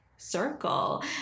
circle